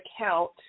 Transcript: account